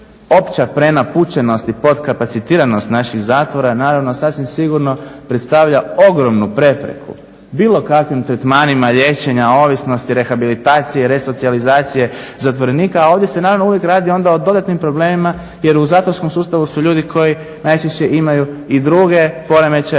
opća prenapučenost i podkapacitiranost naših zatvora naravno sasvim sigurno predstavlja ogromnu prepreku bilo kakvim tretmanima liječenja ovisnosti, rehabilitacije, resocijalizacije zatvorenika, a ovdje se naravno uvijek radi onda o dodatnim problemima jer u zatvorskom sustavu su ljudi koji najčešće imaju i druge poremećaje